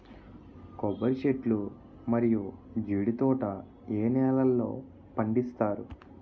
కొబ్బరి చెట్లు మరియు జీడీ తోట ఏ నేలల్లో పండిస్తారు?